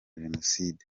jenoside